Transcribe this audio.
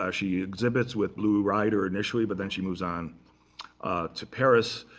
ah she exhibits with blue rider initially, but then she moves on to paris.